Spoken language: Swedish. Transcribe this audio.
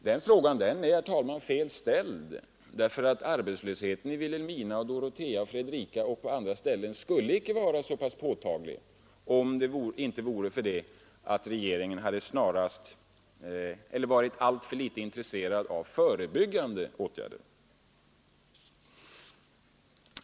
Den frågan är, herr talman, fel ställd, eftersom arbetslösheten i Vilhelmina, Dorotea, Fredrika och på andra ställen inte skulle vara så pass påtaglig, om inte regeringen hade varit alltför litet intresserad av förebyggande åtgärder.